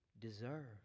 deserve